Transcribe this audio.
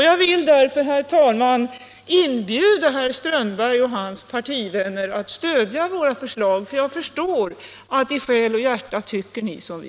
Jag vill därför, herr talman, inbjuda herr Strömberg och hans partivänner att stödja våra förslag, för jag förstår att ni i själ och hjärta tycker som vi.